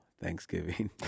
Thanksgiving